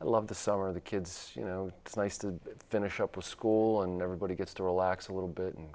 i love the summer the kids you know it's nice to finish up with school and everybody gets to relax a little bit and